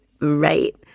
Right